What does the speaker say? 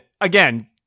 again